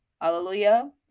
Hallelujah